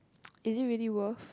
is it really worth